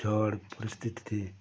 ঝড় পরিস্থিতিতে